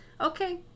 okay